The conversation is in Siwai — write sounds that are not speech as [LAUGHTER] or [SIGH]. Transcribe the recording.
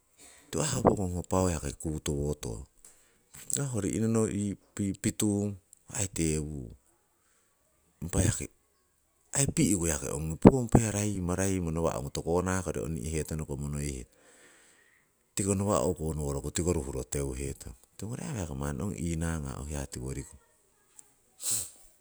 [NOISE] Tiwo yaki ho pokong pau kutowo tong, tiko oh ri'nono pitung aii tewung, impa yaki pi'ku yaki ongi pokong hiya raiyumo raiyumo tihokoto konakori ongih hetonoko monoihetong. Tiko nawa' o'konoworoku tiko ru'ro teuhetong. Tiwongori yaki manni ong inagah hiya tiwo riko. [NOISE]